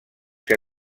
que